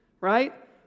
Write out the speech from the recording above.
right